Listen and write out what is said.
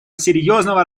серьезного